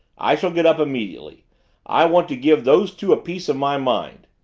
i shall get up immediately i want to give those two a piece of my mind.